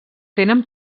tenen